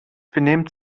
benimmt